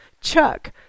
Chuck